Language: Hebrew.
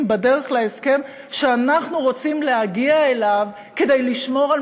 בדרך להסכם שאנחנו רוצים להגיע אליו כדי לשמור על